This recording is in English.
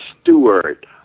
Stewart